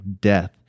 death